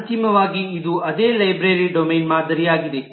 ಅಂತಿಮವಾಗಿ ಇದು ಅದೇ ಲೈಬ್ರರಿ ಡೊಮೇನ್ ಮಾದರಿಯಾಗಿದೆ